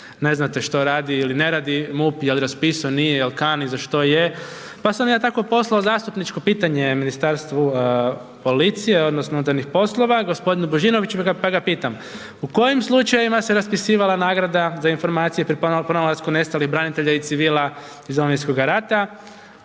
Ne znate što radi ili ne radi MUP, je li raspisao, nije, je li kani, za što je, pa sam ja tako poslao zastupničko pitanje Ministarstvu policije odnosno unutarnjih poslova, g. Božinoviću pa ga pitam. U kojem slučajevima se raspisivala nagrada za informacije o pronalasku nestalih branitelja i civila iz Domovinskog rata,